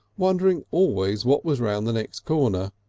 wondering always what was round the next corner,